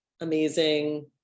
amazing